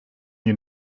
you